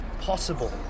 possible